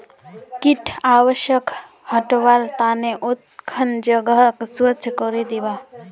कीट आवासक हटव्वार त न उखन जगहक स्वच्छ करे दीबा